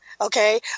okay